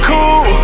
Cool